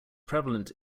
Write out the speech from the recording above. prevalent